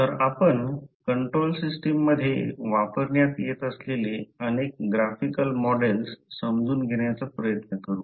तर आपण control system मधे वापरण्यात येत असलेले अनेक ग्राफिकल मॉडेल्स समजून घेण्याचा प्रयत्न करू